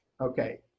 Okay